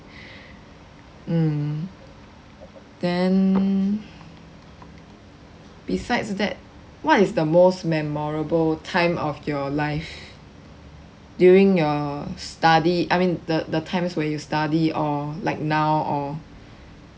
mm then besides that what is the most memorable time of your life during your study I mean the the times where you study or like now or